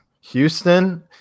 Houston